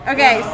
Okay